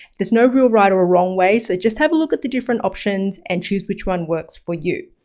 there's no real right or wrong way, so just have a look at the different options and choose which one works for you.